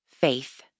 faith